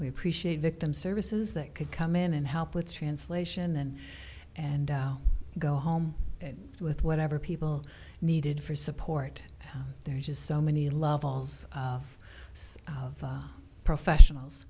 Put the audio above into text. we appreciate victim services that could come in and help with translation and go home with whatever people needed for support there's just so many levels of professionals